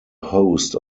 host